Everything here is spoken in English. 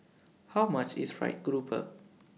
How much IS Fried Grouper